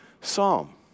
psalm